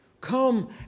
come